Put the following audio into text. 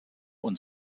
und